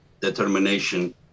determination